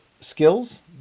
skills